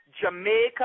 Jamaica